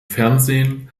fernsehen